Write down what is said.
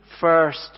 first